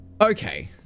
Okay